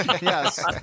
Yes